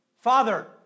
Father